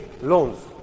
loans